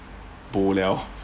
bo liao